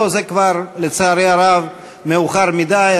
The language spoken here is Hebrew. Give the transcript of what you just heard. לא, זה כבר, לצערי הרב, מאוחר מדי.